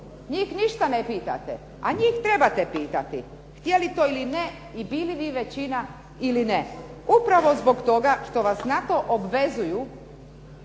Njih ništa ne pitate, a njih trebate pitati. Htjeli to ili ne, i bili vi većina ili ne, upravo zbog toga što vas na to obvezuju,